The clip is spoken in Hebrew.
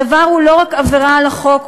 הדבר הוא לא רק עבירה על החוק,